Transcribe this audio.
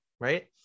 right